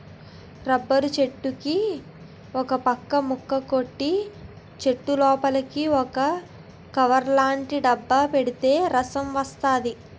rubber చెట్టులుకి ఒకపక్క ముక్క కొట్టి చెట్టులోపలికి ఒక కవర్లాటి డబ్బా ఎడితే రసం వస్తది